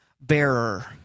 Bearer